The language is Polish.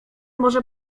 może